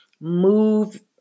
move